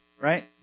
Right